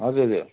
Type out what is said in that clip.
हजुर हजुर